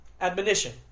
admonition